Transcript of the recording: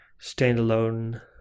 standalone